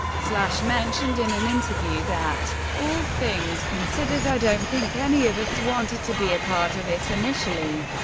slash mentioned in an interview that all things considered, i don't think any of us wanted to be a part of it initially,